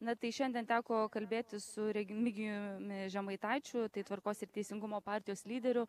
na tai šiandien teko kalbėtis su regimigijumi žemaitaičiu tai tvarkos ir teisingumo partijos lyderiu